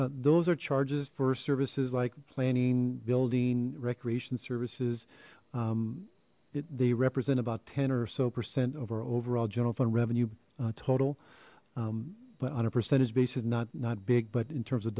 those are charges for services like planning building recreation services they represent about ten or so percent of our overall general fund revenue total but on a percentage basis not not big but in terms of